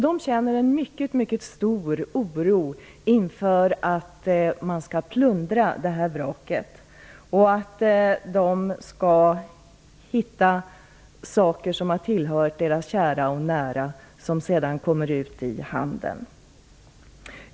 De känner en mycket stor oro inför att vraket skall plundras, att plundrarna skall hitta saker som har tillhört deras kära och nära och att dessa saker sedan skall komma ut i handeln.